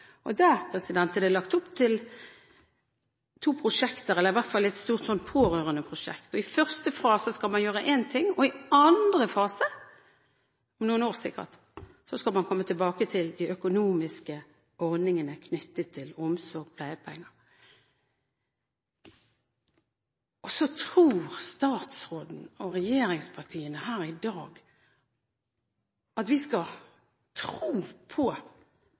salen. Der er det lagt opp til to prosjekter – eller i hvert fall et stort pårørendeprosjekt. I første fase skal man gjøre én ting, og i andre fase – om noen år, sikkert – skal man komme tilbake til de økonomiske ordningene knyttet til omsorg og pleiepenger. Så tror statsråden og regjeringspartiene her i dag at vi skal tro på